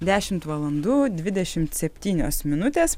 dešimt valandų dvidešimt septynios minutės